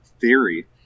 theory